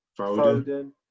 Foden